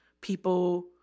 People